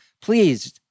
please